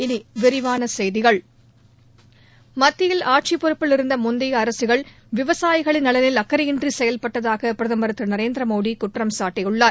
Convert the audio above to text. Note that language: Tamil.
இனி விரிவான செய்திகள் மத்தியில் ஆட்சிப்பொறுப்பில் இருந்த முந்தைய அரசுகள் விவசாயிகளின் நலனில் அக்கறையின்றி செயல்பட்டதாக பிரதமர் திரு நரேந்திர மோடி குற்றம் சாட்டியுள்ளார்